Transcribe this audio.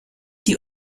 die